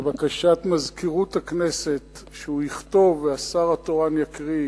על בקשת מזכירות הכנסת שהוא יכתוב והשר התורן יקריא,